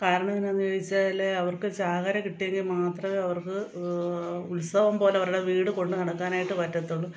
കാരണമെന്നായെന്നു ചോദിച്ചാൽ അവർക്കു ചാകര കിട്ടിയെങ്കിൽ മാത്രമേ അവർക്ക് ഉത്സവം പോലെ അവരുടെ വീടു കൊണ്ടു നടക്കാനായിട്ട് പറ്റത്തുള്ളൂ